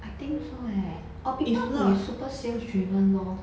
I think so eh or people who is super sales driven lor